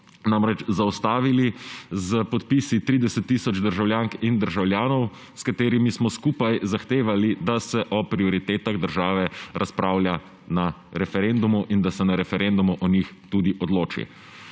namreč zaustavili s podpisi 30 tisoč državljank in državljanov, s katerimi smo skupaj zahtevali, da se o prioritetah države razpravlja na referendumu in da se na referendumu o njih tudi odloči.